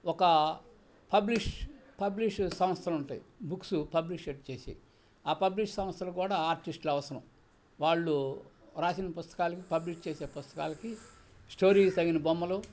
ఒక publish publish సంస్థలుంటాయి books published చేసేయి ఆ పబ్లిష్ సంస్థలు కూడా ఆర్టిస్ట్లు అవసరం వాళ్ళు రాసిన పుస్తకాలకి పబ్లిష్ చేసే పుస్తకాలకి స్టోరీస్ తగిన బొమ్మలు